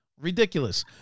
Ridiculous